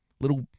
little